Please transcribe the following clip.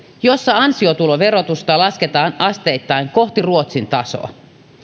jossa ansiotuloverotusta lasketaan asteittain kohti ruotsin tasoa